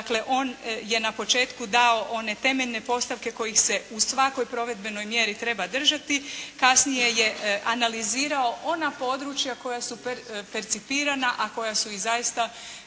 dakle on je na početku dao one temeljne postavke kojih se u svakoj provedbenoj mjeri treba držati, kasnije je analizirao ona područja koja su percipirana, a koja su i zaista